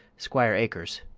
squire acres.